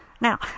Now